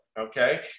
okay